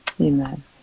Amen